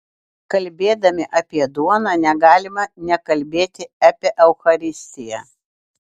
kalbėdami apie duoną negalime nekalbėti apie eucharistiją